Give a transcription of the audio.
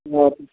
अच्छा